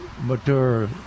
mature